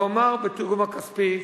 ואומר בתרגום הכספי: